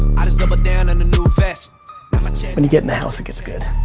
i just double down in the new vest when you get in the house, it gets good.